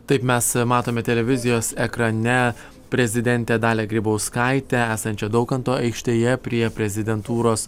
taip mes matome televizijos ekrane prezidentę dalią grybauskaitę esančią daukanto aikštėje prie prezidentūros